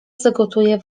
zagotuję